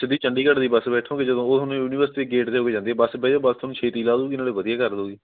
ਸਿੱਧੀ ਚੰਡੀਗੜ੍ਹ ਦੀ ਬੱਸ ਬੈਠੋਗੇ ਜਦੋਂ ਉਹ ਤੁਹਾਨੂੰ ਯੂਨੀਵਰਸਿਟੀ ਦੇ ਗੇਟ ਦੇ ਹੋ ਕੇ ਜਾਂਦੀ ਹੈ ਬੱਸ ਬਹਿ ਜੋ ਬੱਸ ਤੁਹਾਨੂੰ ਛੇਤੀ ਲਾਹ ਦਉਗੀ ਨਾਲੇ ਵਧੀਆ ਗੱਲ ਹੋ ਗਈ